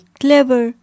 clever